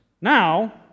Now